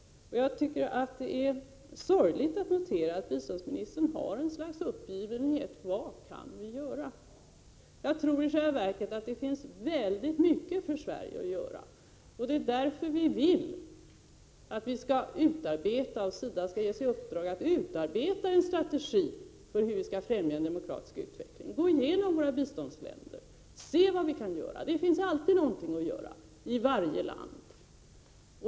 Jag tycker att det är sorgligt att notera att biståndsministern har ett slags uppgivenhet: vad kan vi göra? Jag tror att det finns väldigt mycket för Sverige att göra. Det är därför vi vill att SIDA skall ges i uppdrag att utarbeta en strategi för hur vi skall främja en demokratisk utveckling, gå igenom våra biståndsländer och se vad vi kan göra. Det finns alltid något att göra i varje land.